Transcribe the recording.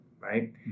right